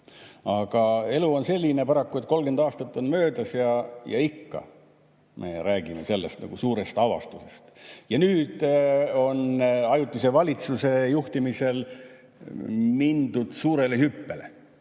Aga elu on paraku selline, et 30 aastat on möödas ja ikka me räägime sellest nagu suurest avastusest. Nüüd on ajutise valitsuse juhtimisel mindud suurele hüppele.